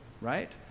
right